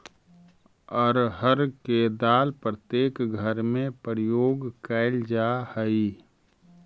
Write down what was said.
अरहर के दाल प्रत्येक घर में प्रयोग कैल जा हइ